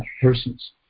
persons